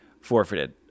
forfeited